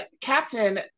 Captain